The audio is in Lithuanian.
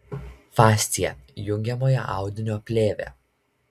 fascija jungiamojo audinio plėvė